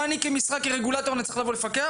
האם אני כרגולטור צריך לפקח?